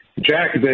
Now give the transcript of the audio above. Jack